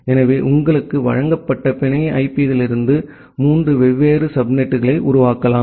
எனவே உங்களுக்கு வழங்கப்பட்ட பிணைய ஐபியிலிருந்து மூன்று வெவ்வேறு சப்நெட்களை உருவாக்கலாம்